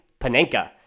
Panenka